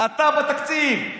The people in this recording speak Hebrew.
אתה, בתקציב.